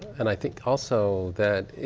and i think also, that